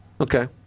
Okay